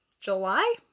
July